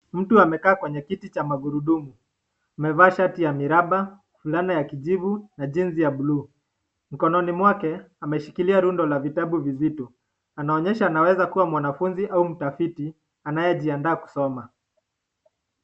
Mtu amekaa kwenye kiti ya magurudumu, amevaa shati ya miraba, fulana ya kijivu, na jinzi ya blue ,mkononi mwake ameshikilia rundo la vitabu vizito, anaonyesha anaweza kuwa mwanafunzi au mtafiti anejiandaa kusoma.